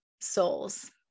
souls